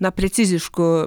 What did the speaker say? na precizišku